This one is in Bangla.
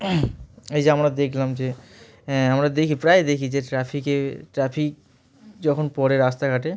এই যে আমরা দেখলাম যে হ্যাঁ আমরা দেখি প্রায় দেখি যে ট্রাফিকে ট্রাফিক যখন পড়ে রাস্তাঘাটে